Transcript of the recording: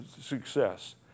success